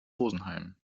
rosenheim